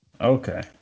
okay